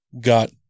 got